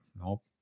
nope